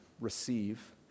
receive